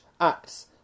acts